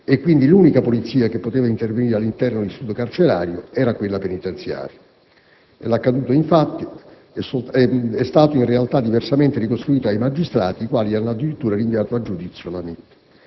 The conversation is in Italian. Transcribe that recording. e quindi l'unica polizia che poteva intervenire all'interno dell'istituto carcerario era quella penitenziaria. E l'accaduto, infatti, è stato in realtà diversamente ricostruito dai magistrati, i quali hanno addirittura rinviato a giudizio l'Hamit.